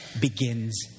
begins